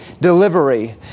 delivery